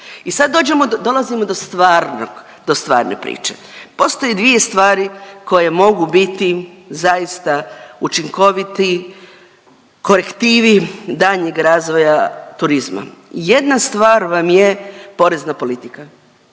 I sad dolazimo do stvarnog do stvarne priče, postoje dvije stvari koje mogu biti zaista učinkoviti korektivi daljnjeg razvoja turizma. Jedna stvar vam je porezna politika,